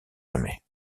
jamais